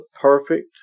perfect